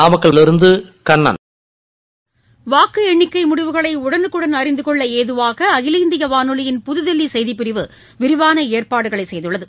நாமக்கல்லிருந்து கண்ணன் வாக்கு எண்ணிக்கை முடிவுகளை உடனுக்குடன் அறிந்து கொள்ள ஏதுவாக அகில இந்திய வானொலியின் புதுதில்லி செய்திப்பிரிவு விரிவான ஏற்பாடுகள் செய்துள்ளது